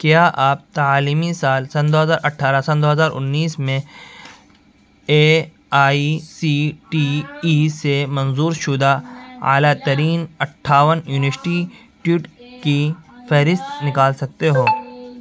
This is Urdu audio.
کیا آپ تعلیمی سال سن دو ہزار اٹھارہ سن دو ہزار انیس میں A I C T E سے منظور شدہ اعلیٰ ترین اٹھاون انسٹیٹیوٹ کی فہرست نکال سکتے ہو